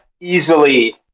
Easily